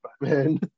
man